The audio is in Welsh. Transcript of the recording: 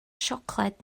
siocled